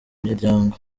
miryango